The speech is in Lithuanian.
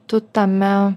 tu tame